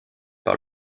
par